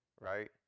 right